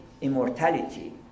immortality